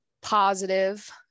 positive